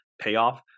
payoff